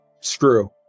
screw